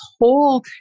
whole